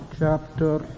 chapter